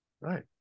right